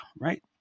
right